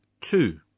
two